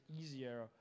easier